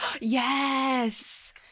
Yes